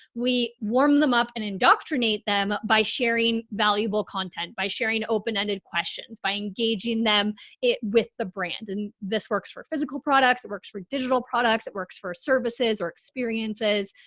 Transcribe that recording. we warm them up and indoctrinate them by sharing valuable content, by sharing open ended questions, by engaging them with the brand. and this works for physical products, it works for digital products that works for services or experiences.